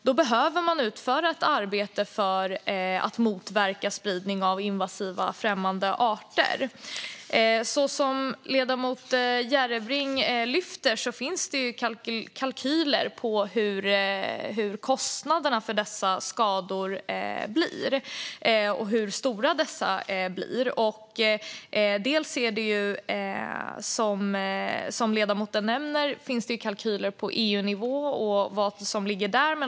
Då behöver man utföra ett arbete för att motverka spridning av invasiva främmande arter. Som ledamoten Järrebring lyfter fram finns det kalkyler på hur kostnaderna för dessa skador blir och hur stora dessa blir. Det finns som ledamoten nämner kalkyler på EU-nivå.